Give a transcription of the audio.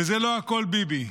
וזה לא הכול, ביבי.